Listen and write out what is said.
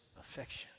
affection